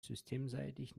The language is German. systemseitig